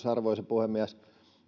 arvoisa puhemies